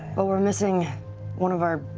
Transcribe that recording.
but we're missing one of our